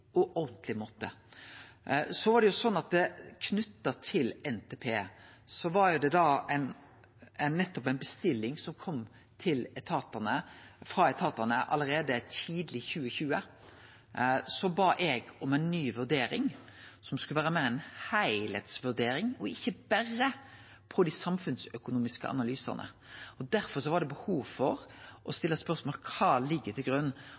Knytt til NTP kom det ei bestilling frå etatane allereie tidleg i 2020. Så bad eg om ei ny vurdering som meir skulle vere ei heilskapsvurdering, og ikkje berre av dei samfunnsøkonomiske analysane. Derfor var det behov for å stille spørsmål om kva som låg til grunn,